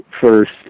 first